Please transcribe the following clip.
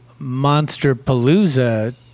Monsterpalooza